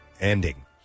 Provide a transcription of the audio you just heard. ending